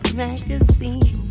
magazine